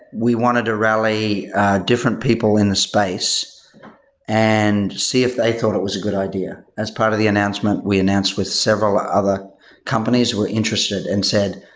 we wanted to rally different people in the space and see if they thought it was good idea. as part of the announcement we announced with several other companies who are interested and said,